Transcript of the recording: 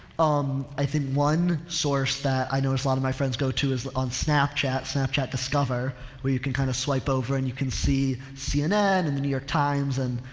um i think one source that i notice a lot of my friends go to is on snapchat, snapchat discover where you can kind of swipe over and you can see cnn and the new york times and,